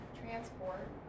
transport